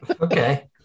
Okay